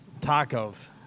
Tacos